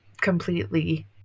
completely